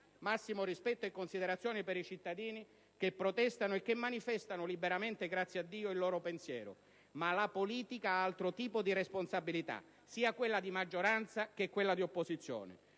massimo rispetto e considerazione per i cittadini che protestano e che manifestano liberamente ‑ grazie a Dio ‑ il loro pensiero, ma la politica ha altro tipo di responsabilità, sia quella di maggioranza che quella di opposizione.